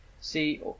See